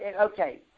Okay